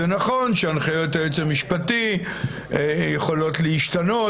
זה נכון שהנחיות היועץ המשפטי יכולות להשתנות,